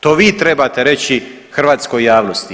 To vi trebate reći hrvatskoj javnosti.